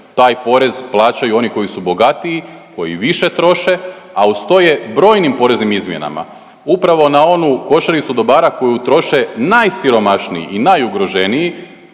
taj porez plaćaju oni koji su bogatiji, koji više troše, a uz to je brojnim poreznim izmjenama, upravo na onu košaricu dobara koju troše najsiromašniji i najugroženiji